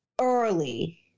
early